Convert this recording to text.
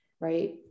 right